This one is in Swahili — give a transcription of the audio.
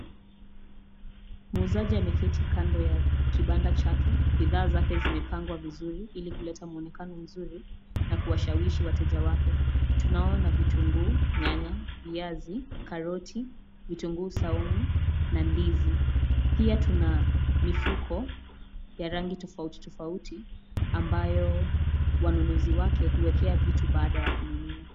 Muuzaji ameketi kando ya kibanda chake bidhaa zake zimepangwa vizuri ili kuleta muonekano mzuri na kuwashawishi wateja wake. Tunaona vitunguu, nyanya, viazi, karoti, vitunguu saumu na ndizi. Pia tuna mifuko ya rangi tofauti tofauti ambayo wanunuzi wake huwekea vitu baada ya kununua.